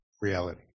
reality